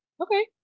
Okay